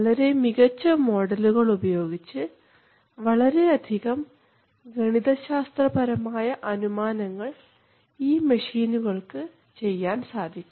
വളരെ മികച്ച മോഡലുകൾ ഉപയോഗിച്ച് വളരെയധികം ഗണിതശാസ്ത്രപരമായ അനുമാനങ്ങൾ ഈ മെഷീനുകൾക്ക് ചെയ്യാൻ സാധിക്കും